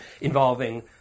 involving